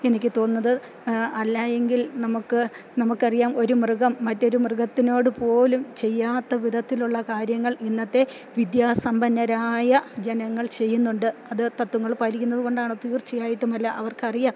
എനിക്ക് തോന്നുന്നത് അല്ലായെങ്കിൽ നമുക്ക് നമുക്കറിയാം ഒരു മൃഗം മറ്റൊരു മൃഗത്തിനോട് പോലും ചെയ്യാത്ത വിധത്തിലുള്ള കാര്യങ്ങൾ ഇന്നത്തെ വിദ്യാസമ്പന്നരായ ജനങ്ങൾ ചെയ്യുന്നുണ്ട് അത് തത്ത്വങ്ങൾ പാലിക്കുന്നത് കൊണ്ടാണ് തീർച്ചയായിട്ടുമല്ല അവർക്കറിയാം